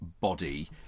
Body